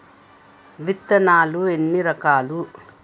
విత్తనాలు ఎన్ని రకాలు?